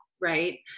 right